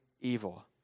evil